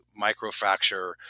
microfracture